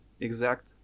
exact